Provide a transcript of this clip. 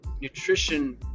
nutrition